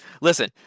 Listen